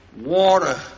Water